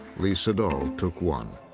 lee sedol took one.